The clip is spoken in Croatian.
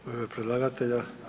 U ime predlagatelja.